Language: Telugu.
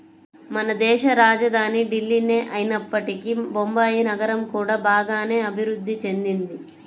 మనదేశ రాజధాని ఢిల్లీనే అయినప్పటికీ బొంబాయి నగరం కూడా బాగానే అభిరుద్ధి చెందింది